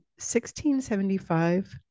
1675